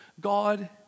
God